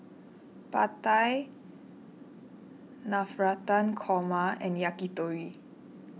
Pad Thai Navratan Korma and Yakitori